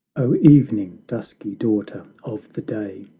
o evening, dusky daughter of the day,